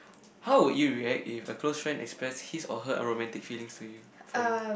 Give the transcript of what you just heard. how would you react if a close friend express his or her romantic feelings to you for you